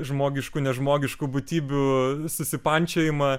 žmogiškų nežmogiškų būtybių susipančiojimą